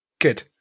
Good